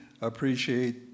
appreciate